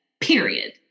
period